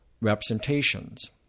representations